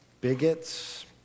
bigots